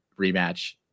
rematch